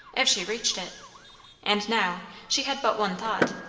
if she reached it and now she had but one thought,